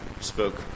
spoke